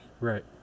Right